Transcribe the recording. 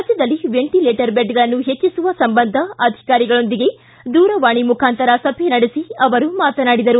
ರಾಜ್ಯದಲ್ಲಿ ವೆಂಟಿಲೇಟರ್ ಬೆಡ್ಗಳನ್ನು ಹೆಚ್ಚಿಸುವ ಸಂಬಂಧ ಅಧಿಕಾರಿಗಳೊಂದಿಗೆ ದೂರವಾಣಿ ಮುಖಾಂತರ ಸಭೆ ನಡೆಸಿ ಅವರು ಮಾತನಾಡಿದರು